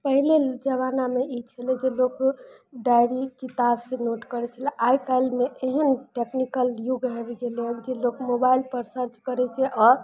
पहिले जमानामे ई छलय जे लोक डायरी किताबसँ नोट करय छलै आइ काल्हिमे एहन टेक्निकल युग आबि गेलय हन जे लोक मोबाइलपर सर्च करय छै आओर